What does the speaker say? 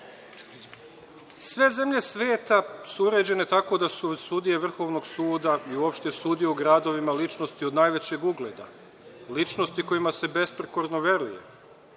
Sve zemlje sveta su uređene tako da su sudije vrhovnog suda i uopšte sudije u gradovima ličnosti od najvećeg ugleda, ličnosti kojima se besprekorno veruje